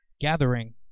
gathering